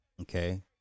Okay